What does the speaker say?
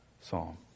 psalm